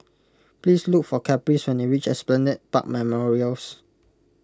please look for Caprice when you reach Esplanade Park Memorials